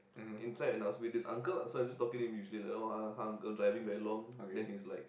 inside and I was with this uncle so I just talking to him usually like oh hi uncle driving very long then he's like